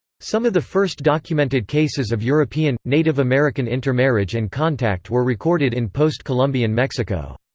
some of the first documented cases of european native american intermarriage and contact were recorded in post-columbian mexico.